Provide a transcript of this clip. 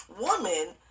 woman